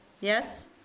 Yes